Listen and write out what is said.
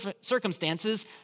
circumstances